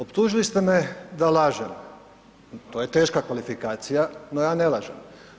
Optužili ste me da lažem, to je teška kvalifikacija, no ja ne lažem.